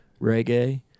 reggae